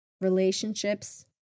Relationships